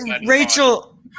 Rachel